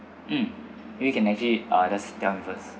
mm maybe you can actually uh just tell me first